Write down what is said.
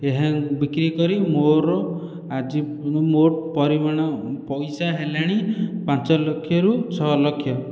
ଏହା ବିକ୍ରି କରି ମୋର ଆଜି ମୁଁ ମୋ ପରିମାଣ ପଇସା ହେଲାଣି ପାଞ୍ଚ ଲକ୍ଷରୁ ଛଅ ଲକ୍ଷ